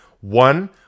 one